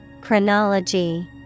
Chronology